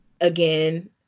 again